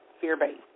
fear-based